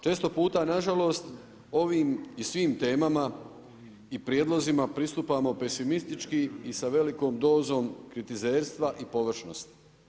Često puta nažalost ovim i svim temama i prijedlozima pristupamo pesimistički i sa velikom dozom kritizerstva i površnosti.